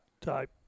type